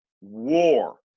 war